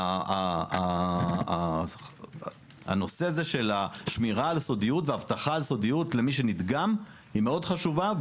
כי הנושא של שמירה על סודיות ואבטחה על סודיות למי שנדגם מאוד חשובה.